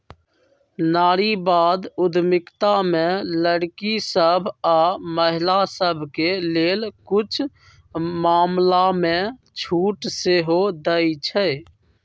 नारीवाद उद्यमिता में लइरकि सभ आऽ महिला सभके लेल कुछ मामलामें छूट सेहो देँइ छै